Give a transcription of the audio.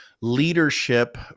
leadership